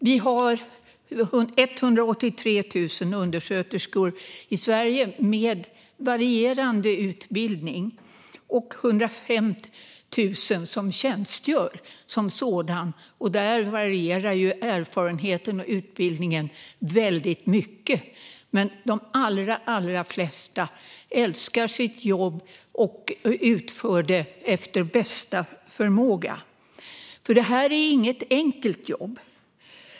Vi har 183 000 undersköterskor i Sverige med varierande utbildning och 150 000 som tjänstgör som undersköterska. Där varierar erfarenheten och utbildningen väldigt mycket, men de allra flesta älskar sitt jobb och utför det efter bästa förmåga. Det här är inget enkelt jobb.